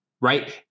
Right